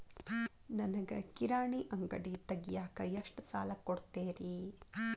ನನಗ ಕಿರಾಣಿ ಅಂಗಡಿ ತಗಿಯಾಕ್ ಎಷ್ಟ ಸಾಲ ಕೊಡ್ತೇರಿ?